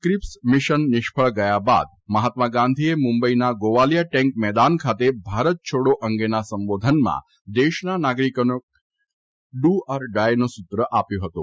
keeps mission નિષ્ફળ ગયા બાદ મહાત્મા ગાંધીએ મુંબઇમાં ગોવાલીયા ટેંક મેદાન ખાતે ભારત છોડી અંગેના સંબોધનમાં દેશના નાગરિકોને કરો યા મરો સુત્રો આપ્યું હતું